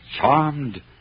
charmed